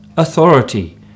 Authority